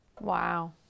Wow